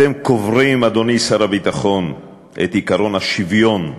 אתם קוברים, אדוני שר הביטחון, את עקרון השוויון,